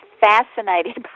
fascinated